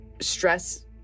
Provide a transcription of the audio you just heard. stress